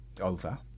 over